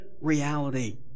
reality